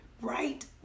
right